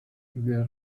their